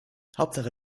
hauptsache